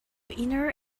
inner